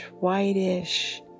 whitish